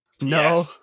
No